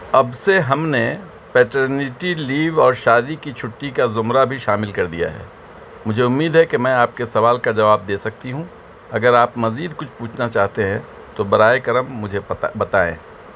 اب سے ہم نے پیٹرنٹی لیو اور شادی کی چھٹی کا زمرہ بھی شامل کر دیا ہے مجھے امید ہے کہ میں آپ کے سوال کا جواب دے سکتی ہوں اگر آپ مزید کچھ پوچھنا چاہتے ہیں تو برائے کرم مجھے بتائیں